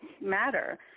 Matter